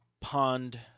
Pond